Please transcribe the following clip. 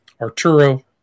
Arturo